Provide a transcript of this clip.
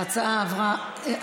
ההצעה לא עברה.